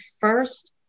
first